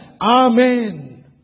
Amen